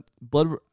blood